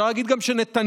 אפשר להגיד גם שנתניהו